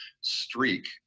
streak